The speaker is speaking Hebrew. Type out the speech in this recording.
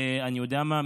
אני יודע מה,